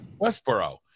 Westboro